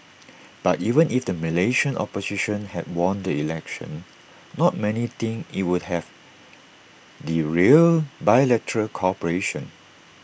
but even if the Malaysian opposition had won the election not many think IT would have derailed bilateral cooperation